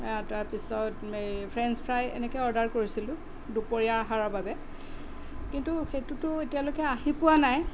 তাৰপিছত এই french fry এনেকৈ অৰ্ডাৰ কৰিছিলোঁ দুপৰীয়া আহাৰৰ বাবে কিন্তু সেইটোতো এতিয়ালৈকে আহি পোৱা নাই